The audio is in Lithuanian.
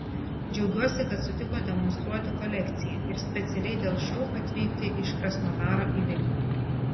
džiaugiuosi kad sutiko demonstruoti kolekciją ir specialiai dėl šou atvykti iš krasnodaro į vilnių